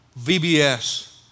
VBS